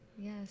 yes